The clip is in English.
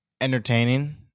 entertaining